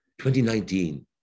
2019